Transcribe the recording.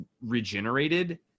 regenerated